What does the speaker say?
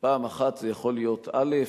פעם אחת זה יכול להיות א'